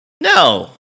No